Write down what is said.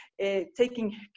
taking